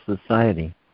Society